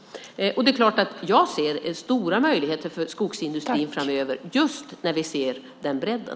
Jag ser stora möjligheter för skogsindustrin framöver, just när vi ser bredden.